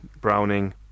Browning